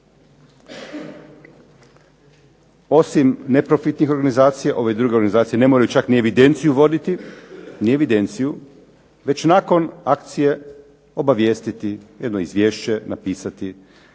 Osim neprofitnih organizacija ove druge organizacije ne moraju čak ni evidenciju voditi, već nakon akcije obavijestiti, jedno izvješće napisati